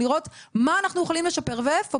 לראות מה אנחנו יכולים לשפר ואיפה.